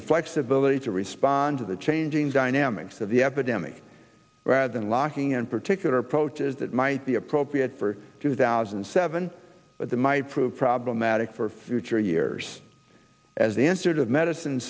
the flexibility to respond to the changing dynamics of the epidemic rather than locking in particular approaches that might be appropriate for two thousand and seven at the might prove problematic for future years as the answer to of medicine